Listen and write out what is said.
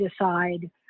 decide